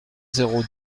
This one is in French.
zéro